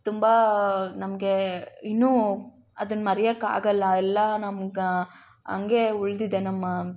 ತುಂಬ ನಮಗೆ ಇನ್ನೂ ಅದನ್ನ ಮರಿಯಕ್ಕೆ ಆಗೋಲ್ಲ ಎಲ್ಲ ನಮ್ಗೆ ಹಂಗೆ ಉಳಿದಿದೆ ನಮ್ಮ